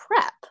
prep